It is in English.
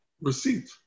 receipt